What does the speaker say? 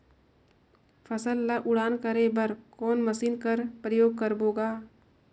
फसल ल उड़ान करे बर कोन मशीन कर प्रयोग करबो ग?